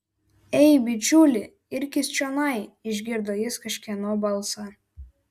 ei bičiuli irkis čionai išgirdo jis kažkieno balsą